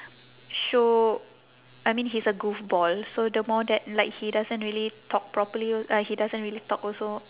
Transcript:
show I mean he's a goofball so the more that like he doesn't really talk properly uh he doesn't really talk also